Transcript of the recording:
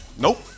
Nope